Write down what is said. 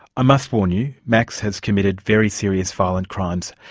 i must warn you, max has committed very serious, violent crimes.